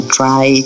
try